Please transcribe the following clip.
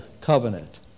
covenant